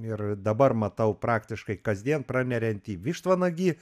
ir dabar matau praktiškai kasdien praneriantį vištvanagį